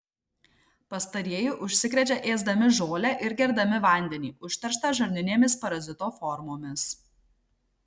pastarieji užsikrečia ėsdami žolę ir gerdami vandenį užterštą žarninėmis parazito formomis